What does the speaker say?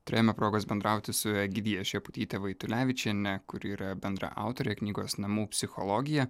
turėjome progos bendrauti su egidija šeputytė vaitulevičienė kuri yra bendraautorė knygos namų psichologija